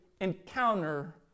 encounter